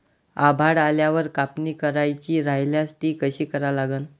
आभाळ आल्यावर कापनी करायची राह्यल्यास ती कशी करा लागन?